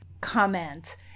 comment